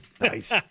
Nice